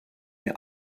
mir